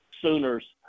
Sooners